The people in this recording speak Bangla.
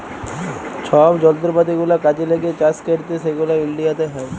ছব যলত্রপাতি গুলা কাজে ল্যাগে চাষ ক্যইরতে সেগলা ইলডিয়াতে হ্যয়